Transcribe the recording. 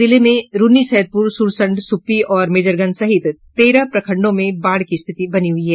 जिले में रून्नीसैदपुर सुरसंड सुप्पी और मेजरगंज सहित तेरह प्रखंडों में बाढ़ की स्थिति बनी हुई है